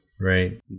right